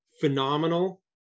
phenomenal